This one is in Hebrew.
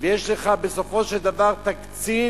ויש לך בסופו של דבר תקציב